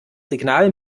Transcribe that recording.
signal